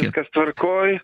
viskas tvarkoj